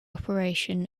operation